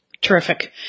Terrific